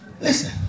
listen